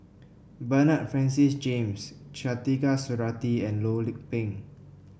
Bernard Francis James Khatijah Surattee and Loh Lik Peng